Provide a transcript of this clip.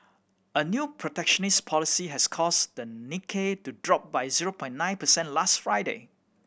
a new protectionist policy has caused the Nikkei to drop by zero point nine percent last Friday